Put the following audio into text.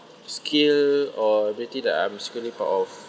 skill or ability that I'm secretly proud of